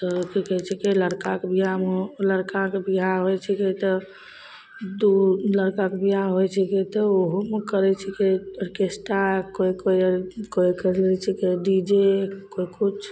तऽ कि कहै छिकै लड़काके बिआहमे लड़काके बिआह होइ छिकै तऽ दुइ लड़काके बिआह होइ छिकै तऽ ओहूमे करै छिकै ऑर्केस्टा कोइ कोइ कोइ करि लै छिकै डी जे कोइ किछु